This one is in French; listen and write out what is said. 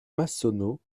massonneau